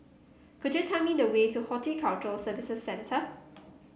could you tell me the way to Horticulture Services Centre